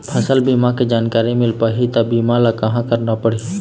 फसल बीमा के जानकारी मिल पाही ता बीमा ला कहां करना पढ़ी?